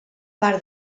part